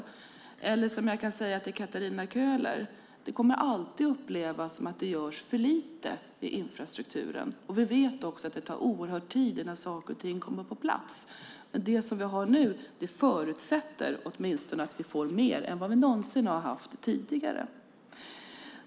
Till Katarina Köhler vill jag säga att det alltid kommer att upplevas som att det görs för lite i infrastrukturen. Dessutom vet vi att det tar oerhört lång tid innan saker och ting kommer på plats. Men det som nu finns med förutsätter i alla fall att vi får mer än vi någonsin haft tidigare.